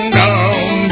down